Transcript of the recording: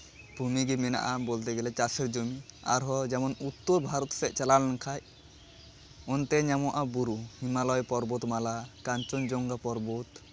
ᱵᱷᱩᱢᱤᱜᱮ ᱢᱮᱱᱟᱜᱼᱟ ᱵᱚᱞᱛᱮ ᱜᱮᱞᱮ ᱪᱟᱥᱮᱨ ᱡᱚᱢᱤ ᱟᱨᱦᱚᱸ ᱡᱮᱢᱚᱱ ᱩᱛᱛᱚᱨ ᱵᱷᱟᱨᱚᱛ ᱥᱮᱫ ᱪᱟᱞᱟᱣ ᱞᱮᱱᱠᱷᱟᱡ ᱚᱱᱛᱮ ᱧᱟᱢᱚᱜᱼᱟ ᱵᱩᱨᱩ ᱦᱤᱢᱟᱞᱚᱭ ᱯᱚᱨᱵᱚᱛᱢᱟᱞᱟ ᱠᱟᱧᱪᱚᱱ ᱡᱚᱝᱜᱷᱟ ᱯᱚᱨᱵᱚᱛ